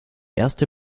erste